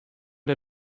der